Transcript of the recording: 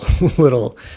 little